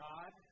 God